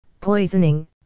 poisoning